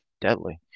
deadly